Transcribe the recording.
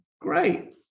Great